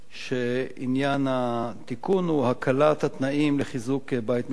שעניינו הוא הקלת התנאים לחיזוק בית משותף.